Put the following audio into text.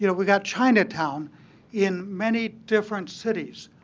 you know we've got chinatown in many different cities.